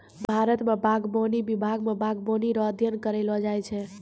भारत मे बागवानी विभाग मे बागवानी रो अध्ययन करैलो जाय छै